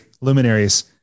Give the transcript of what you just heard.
luminaries